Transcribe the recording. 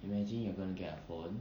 imagine you're gonna get a phone